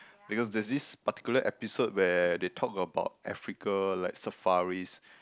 because there's this particular episode where they talk about Africa like safaris